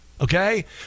okay